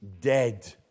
dead